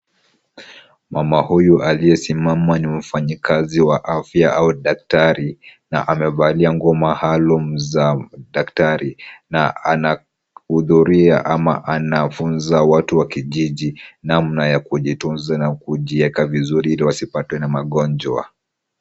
Mama huyu aliyesimama ni mfanyikazi wa afya au daktari na amevalia nguo maalum za daktari na anahudhuria ama anafunza watu wa kijiji namna ya kujitunza na kujiweka vizuri ili wasipatwe na magonjwa.